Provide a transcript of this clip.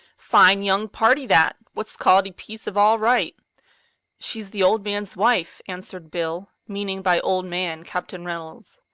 fine young party that! what's called a piece of all-right she's the old man's wife, answered bill, meaning by old man captain reynolds.